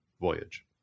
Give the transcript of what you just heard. voyage